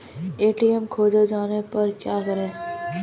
ATM खोजे जाने पर क्या करें?